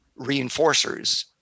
reinforcers